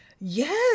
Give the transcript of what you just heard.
Yes